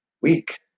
week